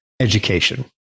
education